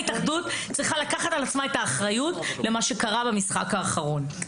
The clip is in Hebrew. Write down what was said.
ההתאחדות צריכה לקחת על עצמה את האחריות למה שקרה במשחק האחרון.